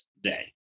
day